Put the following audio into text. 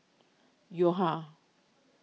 Yo Ha